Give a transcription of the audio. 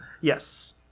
Yes